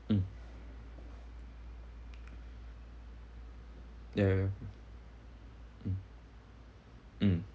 mm ya ya ya mm mm